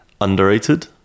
underrated